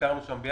ביקרנו שם.